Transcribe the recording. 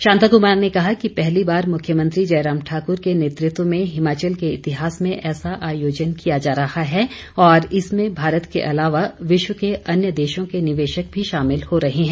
शांता कुमार ने कहा कि पहली बार मुख्यमंत्री जयराम ठाकुर के नेतृत्व में हिमाचल के इतिहास में ऐसा आयोजन किया जा रहा है और इसमें भारत के अलावा विश्व के देशों के निवेशक भी शामिल हो रहे हैं